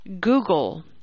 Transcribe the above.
Google